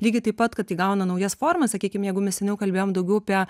lygiai taip pat kad įgauna naujas formas sakykim jeigu mes seniau kalbėjom daugiau apie